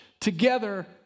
together